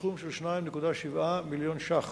בסכום של 2.7 מיליון שקלים,